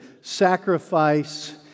sacrifice